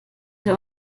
der